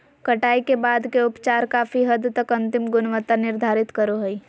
कटाई के बाद के उपचार काफी हद तक अंतिम गुणवत्ता निर्धारित करो हइ